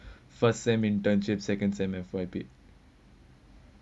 first semester internship second semester F_Y_E